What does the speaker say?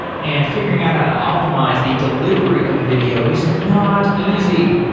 and figuring out how to optimize the delivery of video is not easy,